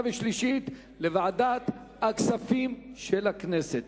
ולקריאה שלישית לוועדת הכספים של הכנסת.